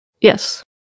yes